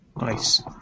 Nice